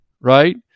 right